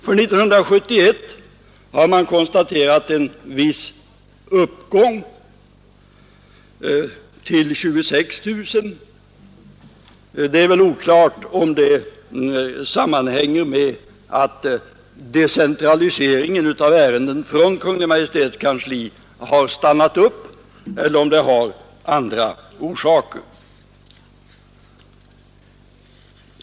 För 1971 har man konstaterat en viss uppgång till 26 000. Det är oklart om det sammanhänger med att decentraliseringen av ärenden från Kungl. Maj:ts kansli har stannat upp eller om det har andra orsaker.